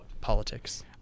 politics